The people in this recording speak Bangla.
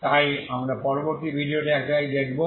তাই আমরা পরবর্তী ভিডিওতে এইটাই দেখাবো